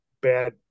bad